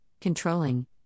controlling